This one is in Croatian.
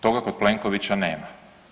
Toga kod Plenkovića nema.